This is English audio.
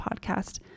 podcast